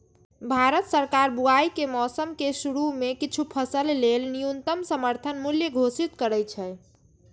भारत सरकार बुआइ के मौसम के शुरू मे किछु फसल लेल न्यूनतम समर्थन मूल्य घोषित करै छै